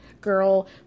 girl